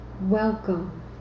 welcome